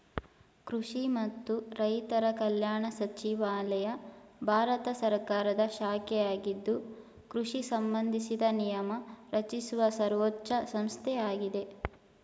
ಕೃಷಿ ಮತ್ತು ರೈತರ ಕಲ್ಯಾಣ ಸಚಿವಾಲಯ ಭಾರತ ಸರ್ಕಾರದ ಶಾಖೆಯಾಗಿದ್ದು ಕೃಷಿ ಸಂಬಂಧಿಸಿದ ನಿಯಮ ರಚಿಸುವ ಸರ್ವೋಚ್ಛ ಸಂಸ್ಥೆಯಾಗಿದೆ